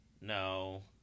No